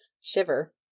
shiver